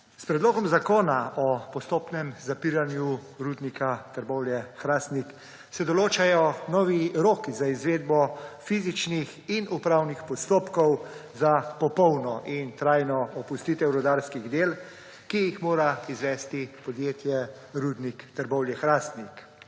S predlogom zakona o postopnem zapiranju Rudnika Trbovlje-Hrastnik se določajo novi roki za izvedbo fizičnih in upravnih postopkov za popolno in trajno opustitev rudarskih del, ki jih mora izvesti podjetje Rudnik Trbovlje-Hrastnik.